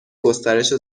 گسترش